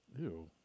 Ew